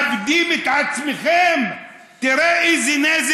עובדה שיש לנו כהי עור,